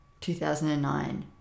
2009